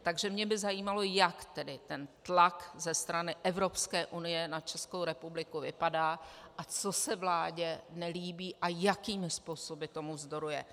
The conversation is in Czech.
Takže mne by zajímalo, jak tedy ten tlak ze strany Evropské unie na Českou republiku vypadá, co se vládě nelíbí a jakými způsoby tomu vzdoruje.